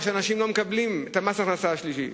שאנשים לא מקבלים את ההחזרים של מס ההכנסה השלילי.